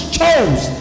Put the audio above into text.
chose